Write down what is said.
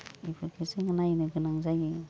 इफोरखौ जोङो नायनो गोनां जायो